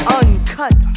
uncut